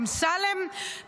אמסלם,